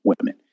women